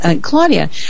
Claudia